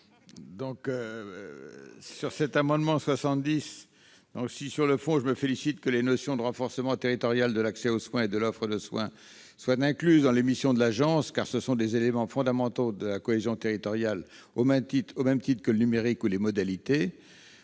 l'avis de la commission ? Sur le fond, je me félicite que les notions de renforcement territorial de l'accès aux soins et de l'offre de soins soient incluses dans les missions de l'agence, car ce sont des éléments fondamentaux de la cohésion territoriale, au même titre que le numérique ou les mobilités.